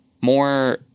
more